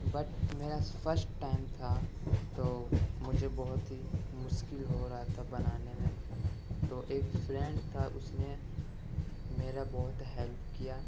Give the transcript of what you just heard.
but میرا first time تھا تو مجھے بہت ہی مشکل ہو رہا تھا بنانے میں تو ایک فرینڈ تھا اس نے میرا بہت ہیلپ کیا